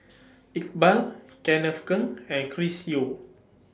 Iqbal Kenneth Keng and Chris Yeo